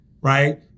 right